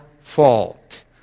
fault